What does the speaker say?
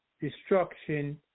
destruction